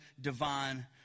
divine